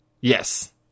Yes